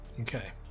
Okay